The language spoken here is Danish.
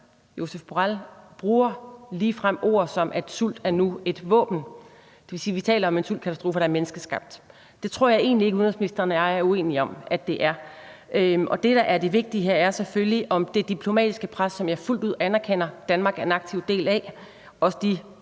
Josep Borrell bruger ligefrem ord som: sult er nu et våben. Det vil sige, at vi taler om en sultkatastrofe, der er menneskeskabt. Det tror jeg egentlig ikke udenrigsministeren og jeg er uenige om at det er. Det, der er det vigtige her, er selvfølgelig, om det diplomatiske pres, som jeg fuldt ud anerkender Danmark er en aktiv del af, også de